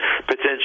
potentially